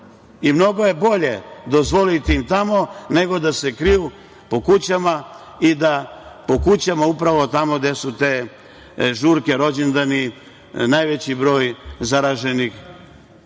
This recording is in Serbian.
i mnogo je bolje dozvoliti im tamo nego da se kriju po kućama i da po kućama upravo tamo gde su te žurke, rođendani, najveći broj zaraženih